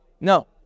No